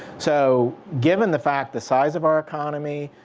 so given the fact the size of our economy.